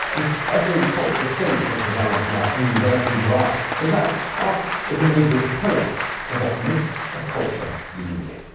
and every culture since has developed their own versions of art. in fact, art is a major pillar of what makes a culture unique.